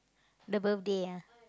the birthday ah